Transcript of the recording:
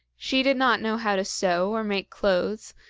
she did not know how to sew or make clothes,